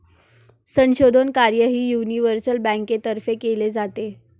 संशोधन कार्यही युनिव्हर्सल बँकेतर्फे केले जाते